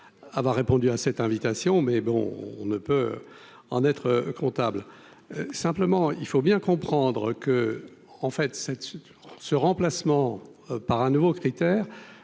avoir répondu à cette invitation, mais bon, on ne peut en être comptable, simplement il faut bien comprendre que, en fait, cette ce remplacement par un nouveau critère